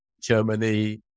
Germany